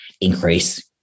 increase